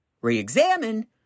re-examine